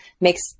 makes